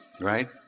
right